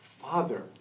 Father